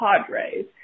Padres